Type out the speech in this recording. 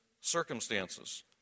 circumstances